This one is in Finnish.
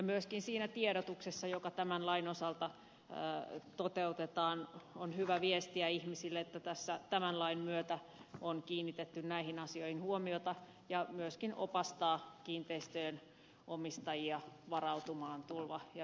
myöskin siinä tiedotuksessa joka tämän lain osalta toteutetaan on hyvä viestiä ihmisille että tämän lain myötä on kiinnitetty näihin asioihin huomiota ja myöskin opastaa kiinteistöjen omistajia varautumaan tulva ja vesivahinkoihin